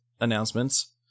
announcements